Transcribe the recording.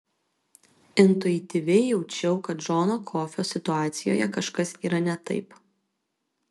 intuityviai jaučiau kad džono kofio situacijoje kažkas yra ne taip